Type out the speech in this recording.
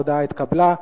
ההודעה התקבלה.